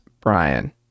brian